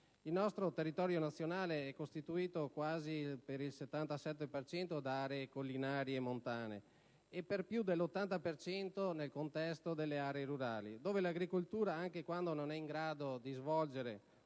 Il nostro territorio nazionale è costituito per il 76,8 per cento da aree collinari e montane e per più dell'80 per cento da aree rurali, dove l'agricoltura, anche quando non è in grado di svolgere